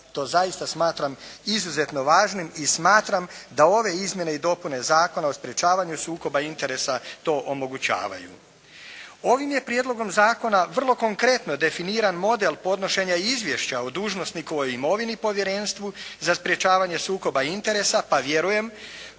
to zaista smatram izuzetno važnim i smatram da ove izmjene i dopune Zakona o sprječavanju sukoba interesa to omogućavaju. Ovim je prijedlogom zakona vrlo konkretno definiran model podnošenja izvješća o dužnosnikovoj imovini i povjerenstvu za sprječavanje sukoba interesa pa vjerujem